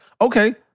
Okay